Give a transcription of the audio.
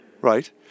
Right